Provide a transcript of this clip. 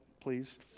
please